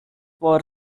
for